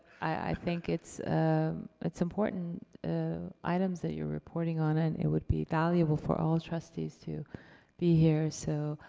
i think it's it's important items that you're reporting on, and it would be valuable for all trustees to be here. so,